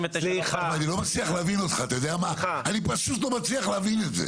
--- אני פשוט לא מצליח להבין את זה.